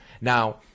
now